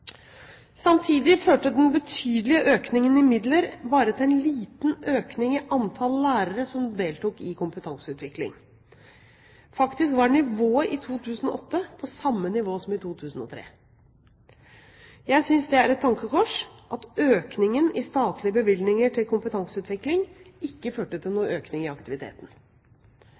Samtidig førte den betydelige økningen i midler bare til en liten økning i antall lærere som deltok i kompetanseutvikling. Faktisk var nivået i 2008 på samme nivå som i 2003. Jeg synes det er et tankekors at økningen i statlige bevilgninger til kompetanseutvikling ikke førte til noen økning i aktiviteten.